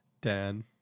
Dan